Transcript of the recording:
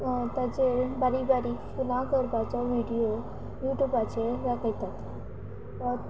ताचेर बारीक बारीक फुलां करपाचो व्हिडयो युट्यूबाचेर दाखयतात